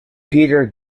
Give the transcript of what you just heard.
peter